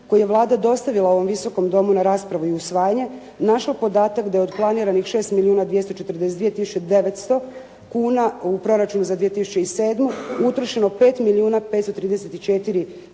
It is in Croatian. koji je Vlada dostavila ovom Visokom domu na raspravu i usvajanje, našla podatak da je od planiranih 6 milijuna 242 tisuće 900 kuna u proračunu za 2007. utrošeno 5